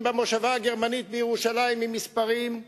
במושבה-הגרמנית בירושלים עם מספרים,